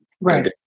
Right